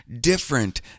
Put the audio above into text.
different